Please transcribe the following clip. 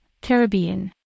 Caribbean